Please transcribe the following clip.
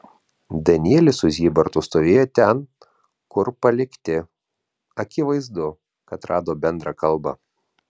danielis su zybartu stovėjo ten kur palikti akivaizdu kad rado bendrą kalbą